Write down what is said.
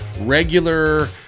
regular